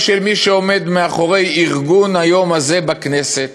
של מי שעומדים מאחורי ארגון היום הזה בכנסת,